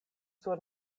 sur